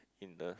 in the